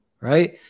right